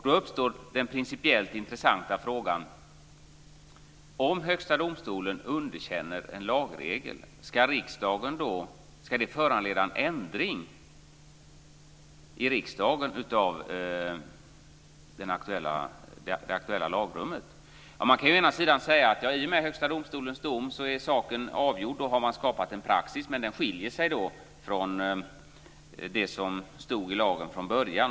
Då uppstår följande principiellt intressanta fråga. Om Högsta domstolen underkänner en lagregel, ska det föranleda en ändring i riksdagen av det aktuella lagrummet? Man kan å ena sidan säga att i och med Högsta domstolens dom är saken avgjord. En praxis har skapats. Den skiljer sig då från det som stod i lagen från början.